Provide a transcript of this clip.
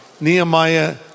Nehemiah